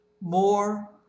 More